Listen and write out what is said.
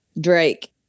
Drake